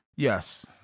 Yes